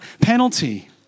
penalty